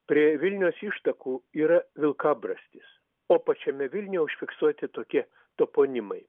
prie vilnios ištakų yra vilkabrastis o pačiame vilniuje užfiksuoti tokie toponimai